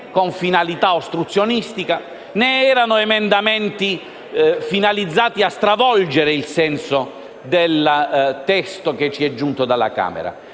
finalità ostruzionistiche né erano finalizzati a stravolgere il senso del testo che ci è giunto dalla Camera.